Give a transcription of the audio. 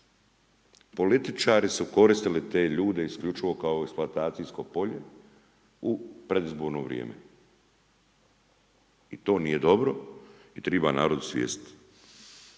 Političari su koristili te ljude isključivo kao eksploatacijsko polje u predizborno vrijeme. I to nije dobro i triba narod osvijestit.